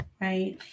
right